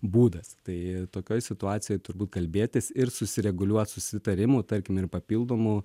būdas tai tokioj situacijoj turbūt kalbėtis ir susireguliuot susitarimų tarkim ir papildomų